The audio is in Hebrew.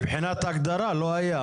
מבחינת הגדרה, לא היה.